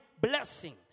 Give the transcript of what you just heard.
blessing